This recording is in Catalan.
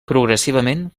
progressivament